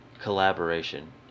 collaboration